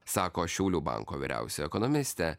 sako šiaulių banko vyriausioji ekonomistė